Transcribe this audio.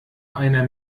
einer